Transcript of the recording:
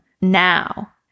now